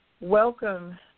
welcome